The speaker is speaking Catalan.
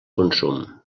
consum